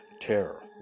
Terror